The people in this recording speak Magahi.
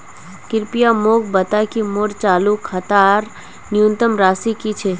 कृपया मोक बता कि मोर चालू खातार न्यूनतम राशि की छे